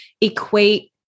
equate